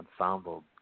ensemble